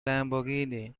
lamborghini